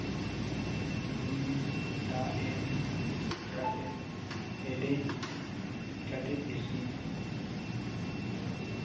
ᱫᱟᱜ ᱮᱢ ᱠᱟᱛᱮᱜ ᱦᱮᱰᱮᱡ ᱠᱟᱛᱮᱜ ᱤᱥᱤᱱ